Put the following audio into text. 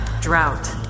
drought